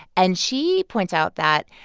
and she points out that,